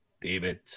David